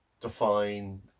define